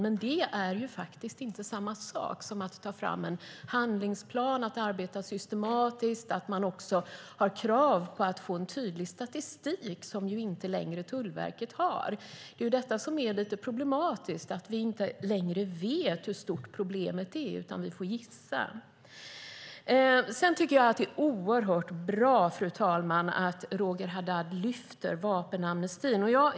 Men det är inte samma sak som att ta fram en handlingsplan och arbeta systematiskt och ha krav på att få fram en tydlig statistik. Det har inte Tullverket. Att vi inte längre vet hur stort problemet är utan måste gissa är lite problematiskt. Det är oerhört bra att Roger Haddad lyfter upp frågan om vapenamnesti.